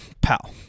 pal